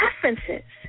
preferences